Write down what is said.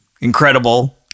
incredible